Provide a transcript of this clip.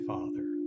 Father